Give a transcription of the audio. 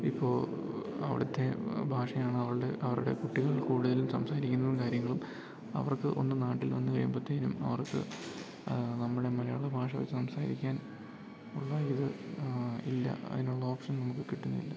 ഇപ്പോള് അവിടുത്തെ ഭാഷയാണ് അവരുടെ കുട്ടികൾ കൂടുതലും സംസാരിക്കുന്നതും കാര്യങ്ങളും അവർക്ക് ഒന്ന് നാട്ടിൽ വന്ന് കഴിയുമ്പോഴേക്കും അവർക്ക് നമ്മുടെ മലയാള ഭാഷ വെച്ച് സംസാരിക്കാനുള്ള ഇത് ഇല്ല അതിനുള്ള ഓപ്ഷൻ നമുക്ക് കിട്ടുന്നില്ല